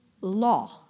law